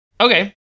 okay